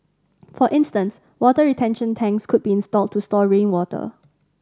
for instance water retention tanks could be installed to store rainwater